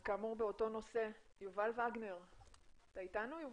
באותו נושא, יובל וגנר בבקשה.